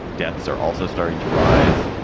deaths are also starting to rise.